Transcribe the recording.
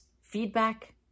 feedback